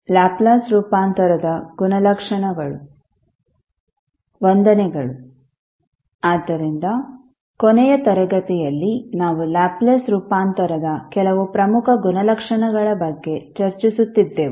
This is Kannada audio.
ಲ್ಯಾಪ್ಲೇಸ್ ರೂಪಾಂತರದ ಗುಣಲಕ್ಷಣಗಳು ವಂದನೆಗಳು ಆದ್ದರಿಂದ ಕೊನೆಯ ತರಗತಿಯಲ್ಲಿ ನಾವು ಲ್ಯಾಪ್ಲೇಸ್ ರೂಪಾಂತರದ ಕೆಲವು ಪ್ರಮುಖ ಗುಣಲಕ್ಷಣಗಳ ಬಗ್ಗೆ ಚರ್ಚಿಸುತ್ತಿದ್ದೆವು